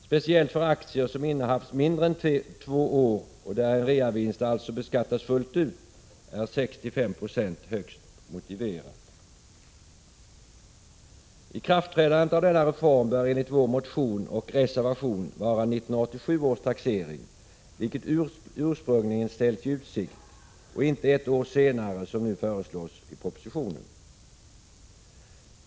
Speciellt för aktier som innehafts mindre än två år och där en reavinst alltså beskattas fullt ut är 65 96 högst motiverat. Denna reform bör, som vi framhåller i vår motion och reservation, träda i kraft vid 1987 års taxering vilket ursprungligen hade ställts i utsikt och inte ett år senare som nu föreslås i propositionen.